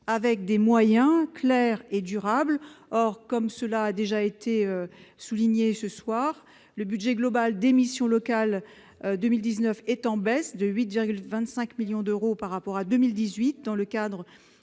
dotées de moyens clairs et durables. Or, comme cela a déjà été souligné ce soir, le budget global des missions locales pour 2019 est en baisse de 8,25 millions d'euros par rapport à 2018, dans le cadre